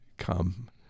come